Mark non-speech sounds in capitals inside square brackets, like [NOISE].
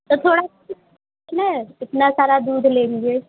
तो थोड़ा [UNINTELLIGIBLE] न इतना सारा दूध लेंगे